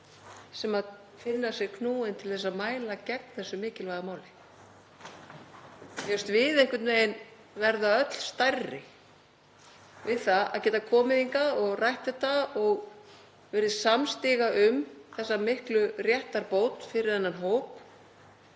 sem finnur sig knúinn til að mæla gegn þessu mikilvæga máli. Mér finnst við einhvern veginn verða öll stærri við það að geta komið hingað og rætt þetta og verið samstiga um þessa miklu réttarbót fyrir þennan hóp